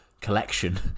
collection